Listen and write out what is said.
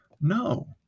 No